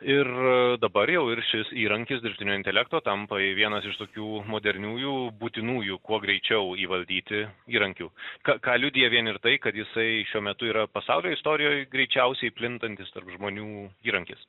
ir dabar jau ir šis įrankis dirbtinio intelekto tampa vienas iš tokių moderniųjų būtinųjų kuo greičiau įvaldyti įrankių ką liudija vien ir tai kad jisai šiuo metu yra pasaulio istorijoje greičiausiai plintantis tarp žmonių įrankis